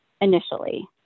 initially